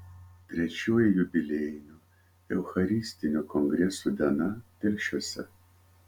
trečioji jubiliejinio eucharistinio kongreso diena telšiuose